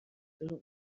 داره